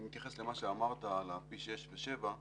נתייחס למה שאמרת על פי שישה ושבעה